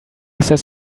says